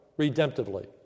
redemptively